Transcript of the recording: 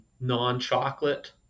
non-chocolate